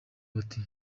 bati